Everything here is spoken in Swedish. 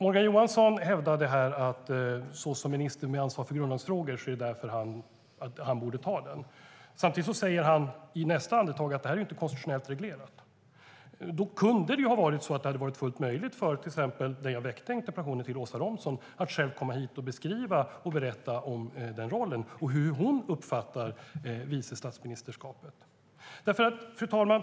Morgan Johansson hävdade här att såsom minister med ansvar för grundlagsfrågor är han den som borde ta interpellationen. Samtidigt säger han i nästa andetag att det här inte är konstitutionellt reglerat. Då kunde det ju ha varit fullt möjligt för Åsa Romson att själv komma hit och beskriva och berätta om hur hon uppfattar rollen som vice statsminister, när jag nu väckte interpellationen till henne. Fru talman!